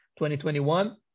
2021